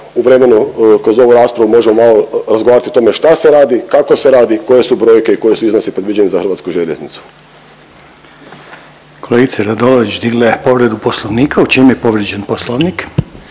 u vremenu kroz ovu raspravu možemo malo razgovarati o tome šta se radi, kako se radi, koje su brojke i koji su iznosi predviđeni za HŽ. **Reiner, Željko (HDZ)** Kolegica Radolović digla je povredu poslovnika. U čemu je povrijeđen poslovnik?